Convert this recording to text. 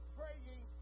praying